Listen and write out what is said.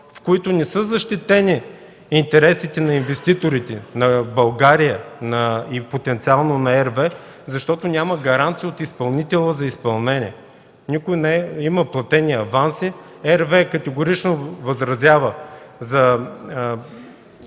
в които не са защитени интересите на инвеститорите – на България и потенциално на RWE, защото няма гаранции от изпълнителя за изпълнение. Има платени аванси. RWE категорично възразява за